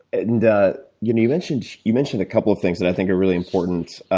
and you know you mentioned you mentioned a couple of things that i think are really important.